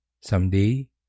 Someday